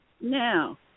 Now